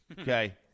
Okay